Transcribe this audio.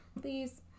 Please